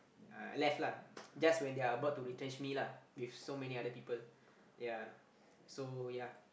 left lah just when they're about to retrench me lah with so many other people ya so ya